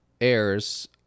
airs